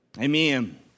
Amen